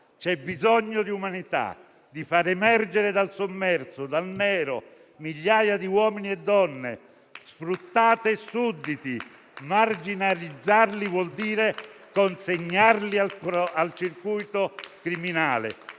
C'è bisogno di umanità, di far emergere dal sommerso e dal nero migliaia di uomini e donne sfruttati e sudditi. Marginalizzarli vuol dire consegnarli al circuito criminale